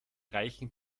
reichen